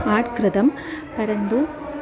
out कृतम् परन्तु